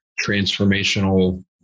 transformational